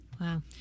wow